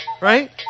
Right